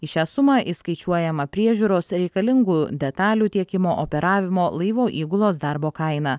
į šią sumą įskaičiuojama priežiūros reikalingų detalių tiekimo operavimo laivo įgulos darbo kaina